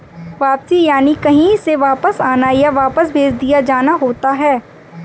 वापसी यानि कहीं से वापस आना, या वापस भेज दिया जाना होता है